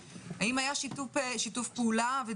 האם יש להם מקום חלופי, וכו'?